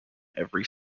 every